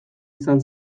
izan